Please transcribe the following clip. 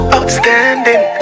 Outstanding